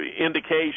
indication